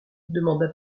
demanda